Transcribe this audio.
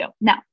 Now